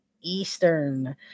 eastern